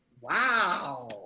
wow